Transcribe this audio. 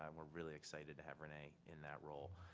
i'm ah really excited to have renae in that role.